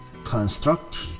constructed